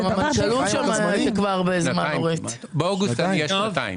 באוגוסט אני אהיה שנתיים.